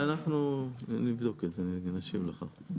אנחנו נבדוק את זה ונשיב לך.